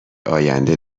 آینده